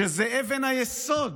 שזו אבן היסוד